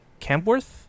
Campworth